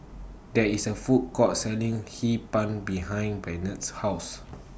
There IS A Food Court Selling Hee Pan behind Barnett's House